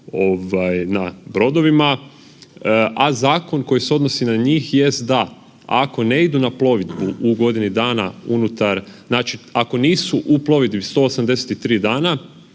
na brodovima, a zakon koji se odnosi na njih jest da ako ne idu na plovidbu u godini dana, znači ako nisu u plovidbi 183 dana